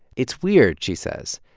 it's weird, she says,